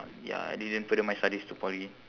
ya I didn't further my studies to poly